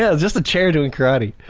yeah just a chair doing karate.